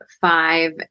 five